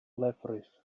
lefrith